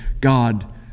God